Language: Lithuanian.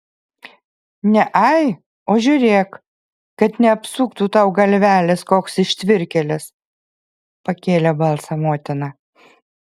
ne ai o žiūrėk kad neapsuktų tau galvelės koks ištvirkėlis pakėlė balsą motina